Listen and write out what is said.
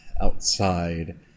outside